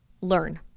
learn